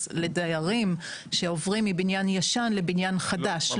לדיירים שעוברים מבניין ישן לבניין חדש,